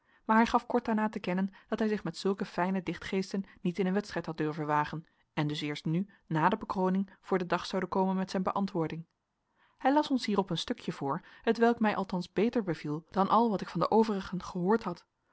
maar hij gaf kort daarna te kennen dat hij zich met zulke fijne dichtgeesten niet in een wedstrijd had durven wagen en dus eerst nu na de bekroning voor den dag zoude komen met zijn beantwoording hij las ons hierop een stukje voor hetwelk mij althans beter beviel dan al wat ik van de overigen gehoord had